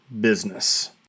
business